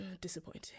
disappointing